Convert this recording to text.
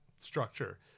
structure